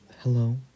Hello